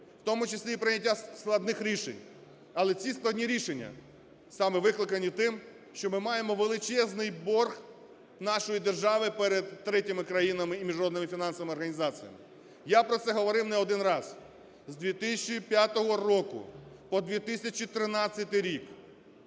в тому числі і прийняття складних рішень, але ці складні рішення саме викликані тим, що ми маємо величезний борг нашої держави перед третіми країнами і міжнародними фінансовими організаціями. Я про це говорив не один раз. З 2005 року по 2013 рік